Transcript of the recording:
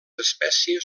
espècies